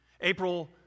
April